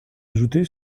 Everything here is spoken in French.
ajoutée